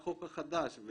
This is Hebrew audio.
החוק החדש,